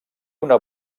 una